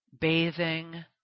Bathing